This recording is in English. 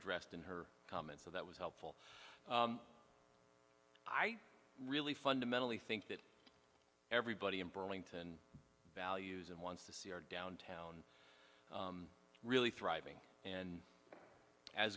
dressed in her comments so that was helpful i really fundamentally think that everybody in burlington values and wants to see our downtown really thriving and